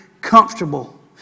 comfortable